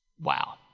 Wow